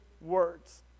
words